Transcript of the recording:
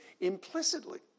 implicitly